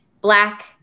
black